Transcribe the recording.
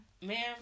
ma'am